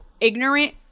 ignorant